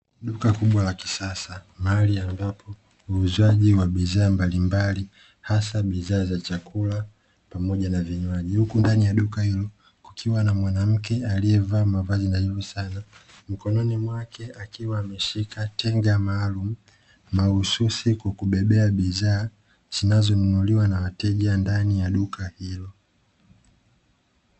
Duka kubwa la kisasa mahali ambapo uuzaji wa bidhaa mbalimbali hasa bidhaa za chakula pamoja na vinywaji huku ndani ya duka hilo kukiwa na mwanamke aliyevaa mavazi nadhifu sana, mikononi mwake akiwa ameshika tenga maalumu, mahususi kwa kubebea bidhaa zinazonunuliwa na wateja ndani ya duka hilo.